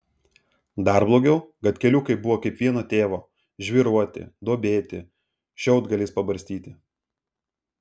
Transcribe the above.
dar blogiau kad keliukai buvo kaip vieno tėvo žvyruoti duobėti šiaudgaliais pabarstyti